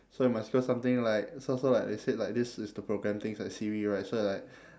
so you must show something like so so like they said like this is the programme thing for siri right so you like